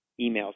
emails